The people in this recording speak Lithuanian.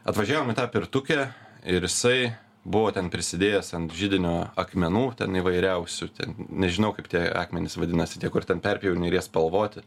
atvažiavom į tą pirtukę ir jisai buvo ten prisidėjęs ant židinio akmenų ten įvairiausių ten nežinau kaip tie akmenys vadinasi tie kur ten perpjauni ir jie spalvoti